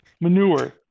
Manure